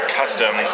custom